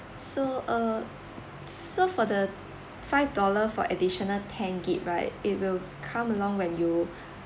so err so for the five dollars for additional ten gig~ right it will come along when you